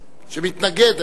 שמתנגד.